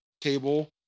table